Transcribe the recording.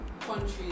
countries